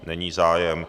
Není zájem.